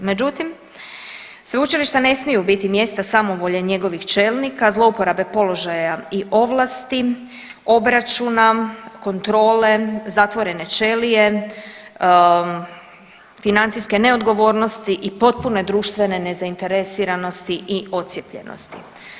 Međutim, sveučilišta ne smiju biti mjesta samovolje njegovih čelnika, zlouporabe položaja i ovlasti, obračuna, kontrole, zatvorene ćelije, financijske neodgovornosti i potpuno društvene nezainteresiranosti i odcijepljenosti.